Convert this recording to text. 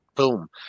Boom